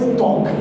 talk